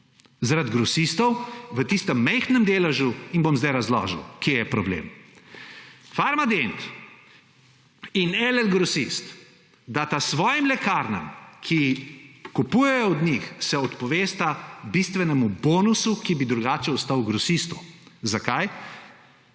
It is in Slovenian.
Zaradi grosistov v tistem majhnem deležu. Bom zdaj razložil, kje je problem. Farmadent in LL Grosist dasta svojim lekarnam, ki kupujejo od njih, odpovesta se bistvenemu bonusu, ki bi drugače ostal grosistu. Zakaj?